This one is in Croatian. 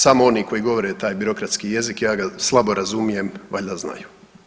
Samo oni koji govore taj birokratski jezik, ja ga slabo razumijem, valjda znaju.